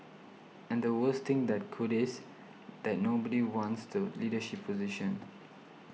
and the worst thing that could is that nobody wants the leadership position